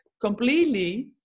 completely